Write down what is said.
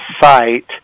site